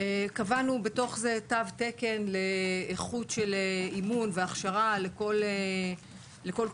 קבענו בתוך זה תו תקן לאיכות של אימון והכשרה לכל קבוצה,